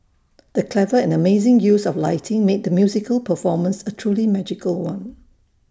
the clever and amazing use of lighting made the musical performance A truly magical one